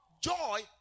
joy